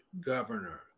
governor